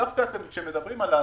דווקא כשמדברים על לעזור,